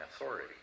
authority